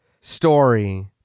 story